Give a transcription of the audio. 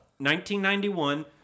1991